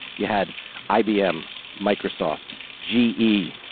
you had ibm, microsoft g e.